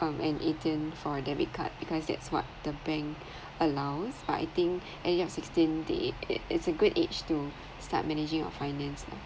um eighteen for debit card because that's what the bank allows but I think at your sixteen they it it's a good age to start managing your finance ah